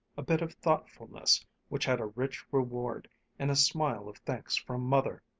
a bit of thoughtfulness which had a rich reward in a smile of thanks from mother.